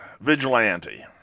Vigilante